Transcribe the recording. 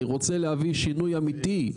אני רוצה להביא שינוי אמיתי בשטח.